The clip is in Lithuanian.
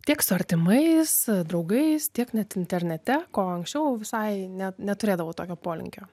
tiek su artimais draugais tiek net internete ko anksčiau visai ne neturėdavau tokio polinkio